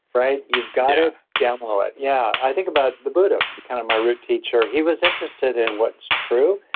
right? you've got ah demo it. yeah i think about the buddha, kind of my root teacher, he was interested in what's true.